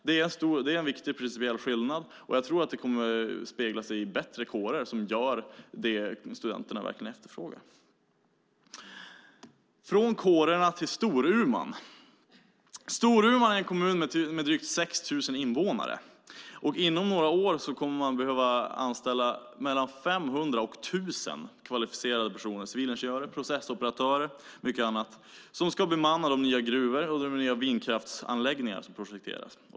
Det är en stor och viktig principiell skillnad. Jag tror att det kommer att spegla sig i bättre kårer som gör det som studenterna verkligen efterfrågar. Jag övergår nu från kårerna till Storuman. Storuman är en kommun med drygt 6 000 invånare. Inom några år kommer man att behöva anställa mellan 500 och 1 000 kvalificerade personer - civilingenjörer, processoperatörer och många andra - som ska bemanna de nya gruvor och vindkraftsanläggningar som projekteras.